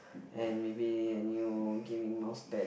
and maybe a new gaming mouse pad